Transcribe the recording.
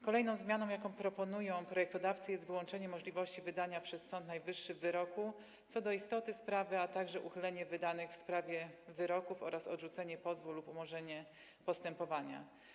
Kolejną zmianą, jaką proponują projektodawcy, jest wyłączenie możliwości wydania przez Sąd Najwyższy wyroku co do istoty sprawy, a także uchylenie wydanych w sprawie wyroków oraz odrzucenie pozwu lub umorzenie postępowania.